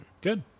Good